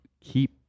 keep